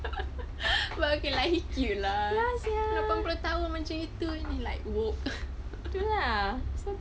but okay lah he cute lah lapan puluh tahun macam gitu like !wow!